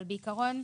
אבל בעיקרון,